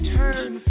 turn